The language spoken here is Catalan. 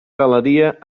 galeria